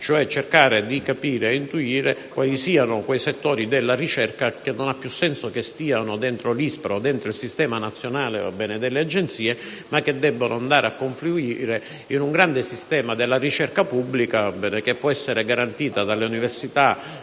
cercando di capire e intuire quali siano i settori della ricerca che non ha più senso che stiano dentro l'ISPRA o il Sistema nazionale delle Agenzie e debbano confluire in un grande sistema della ricerca pubblica, che può essere garantito dalle università